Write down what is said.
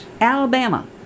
Alabama